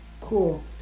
Cool